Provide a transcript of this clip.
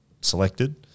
selected